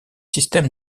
système